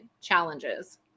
challenges